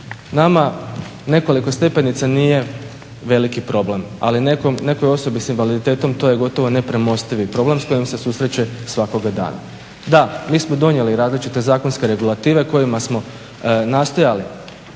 Nama nekoliko stepenica nije veliki problem, ali nekoj osobi s invaliditetom to je gotovo nepremostivi problem s kojim se susreće svakoga dana. Da, mi smo donijeli različite zakonske regulative kojima smo nastojali